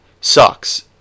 sucks